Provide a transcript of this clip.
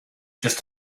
just